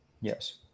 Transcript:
Yes